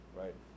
right